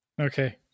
Okay